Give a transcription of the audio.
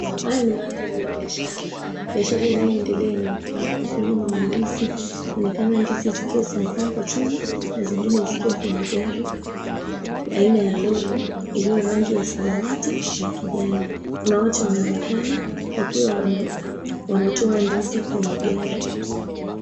Haya ni mandhari ya biashara. Biashara inayoendelea ni ukulima wa ndizi. Inaonekana ndizi zikiwa zimepangwa chini na zingine zikiwa kwenye gari aina ya lori iliyo rangi ya samawati na ya kijani. Kuna watu wanaonekana wakiwa wanatoa ndizi kwenye gari.